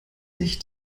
sich